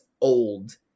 old